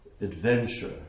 adventure